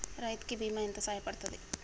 రైతు కి బీమా ఎంత సాయపడ్తది?